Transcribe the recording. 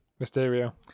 Mysterio